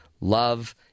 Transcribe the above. love